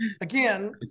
again